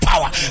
Power